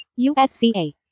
USCA